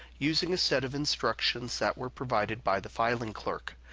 using a set of instructions that were provided by the filing clerk.